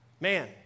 Man